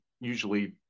usually